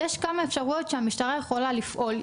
יש כמה אפשרויות שהמשטרה יכולה לפעול,